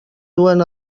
duen